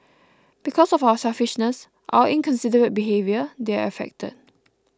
because of our selfishness our inconsiderate behaviour they're affected